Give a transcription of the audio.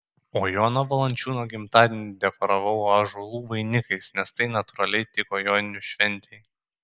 o jono valančiūno gimtadienį dekoravau ąžuolų vainikais nes tai natūraliai tiko joninių šventei